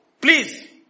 Please